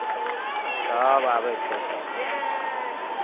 सभ आबै छै तऽ